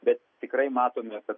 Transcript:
bet tikrai matome kad